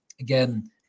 again